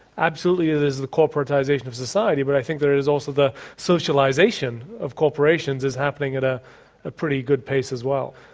absolutely it is the corporatisation of society but i think there is also the socialisation of corporations is happening at ah a pretty good pace as well.